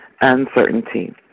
uncertainty